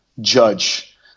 Judge